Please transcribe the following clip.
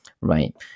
right